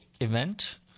event